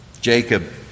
jacob